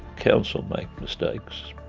counsel make mistakes.